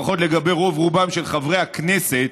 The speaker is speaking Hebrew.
לפחות לגבי רוב-רובם של חברי הכנסת,